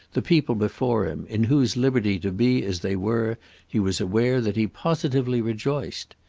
the people before him, in whose liberty to be as they were he was aware that he positively rejoiced.